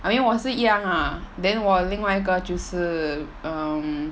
I mean 我是一样 lah then 我另外一个就是 um